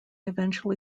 eventually